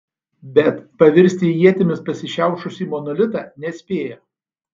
bet pavirsti į ietimis pasišiaušusį monolitą nespėjo